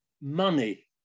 Money